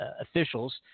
officials